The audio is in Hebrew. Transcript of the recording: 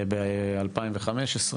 מ-2015.